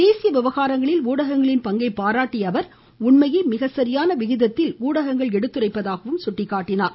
தேசிய விவகாரங்களில் ஊடகங்களின் பங்கை பாராட்டிய அவர் உண்மையை மிகச் சரியான விகிதத்தில் எடுத்துரைத்ததாகவும் குறிப்பிட்டார்